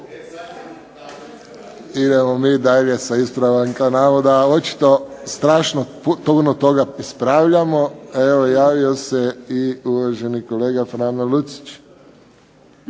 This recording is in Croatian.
Idemo mi dalje sa ispravkama navoda. Očito strašno puno toga ispravljamo. Evo javio se i uvaženi kolega Frano Lucić.